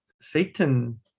Satan